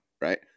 right